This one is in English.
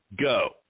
go